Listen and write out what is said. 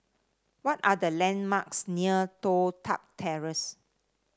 what are the landmarks near Toh Tuck Terrace